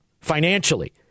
financially